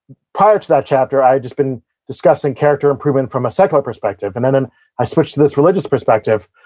prior to that chapter, i had just been discussing character improvement from a secular perspective, and then and i switched to this religious perspective.